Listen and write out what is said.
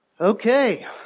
Okay